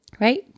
Right